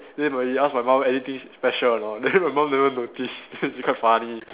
then when he ask my mum anything special or not then my mum never notice it's it's quite funny